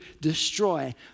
destroy